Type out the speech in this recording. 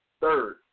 Third